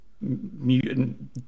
mutant